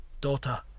daughter